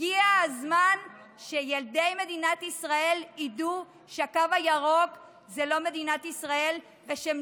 הגיע הזמן שילדי מדינת ישראל ידעו שהקו הירוק זה לא מדינת ישראל ושהם